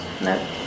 No